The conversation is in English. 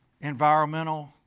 environmental